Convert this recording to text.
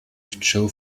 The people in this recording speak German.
joe